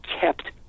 kept